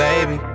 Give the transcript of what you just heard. Baby